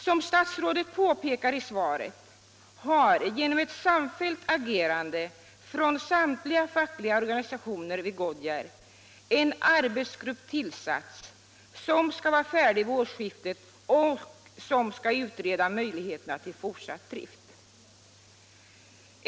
Som statsrådet påpekar i svaret har genom ett samfällt agerande från samtliga fackliga organisationer vid Goodyear en arbetsgrupp, som skall utreda möjligheterna till fortsatt drift, tillsatts, och den skall vara färdig med sin undersökning vid årsskiftet.